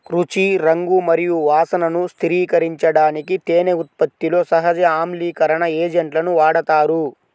రుచి, రంగు మరియు వాసనను స్థిరీకరించడానికి తేనె ఉత్పత్తిలో సహజ ఆమ్లీకరణ ఏజెంట్లను వాడతారు